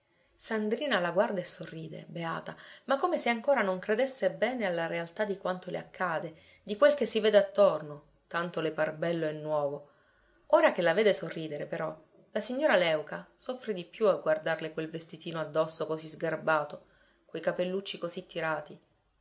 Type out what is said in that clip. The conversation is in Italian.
sandrina la guarda e sorride beata ma come se ancora non credesse bene alla realtà di quanto le accade di quel che si vede attorno tanto le par bello e nuovo ora che la vede sorridere però la signora léuca soffre di più a guardarle quel vestitino addosso così sgarbato quei capellucci così tirati